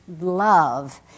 love